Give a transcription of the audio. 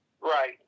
Right